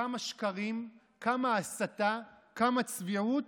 כמה שקרים, כמה הסתה, כמה צביעות